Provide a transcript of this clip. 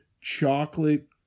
chocolate